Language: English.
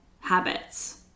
habits